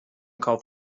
kauf